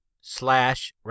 slash